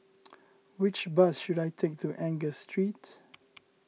which bus should I take to Angus Street